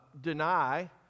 deny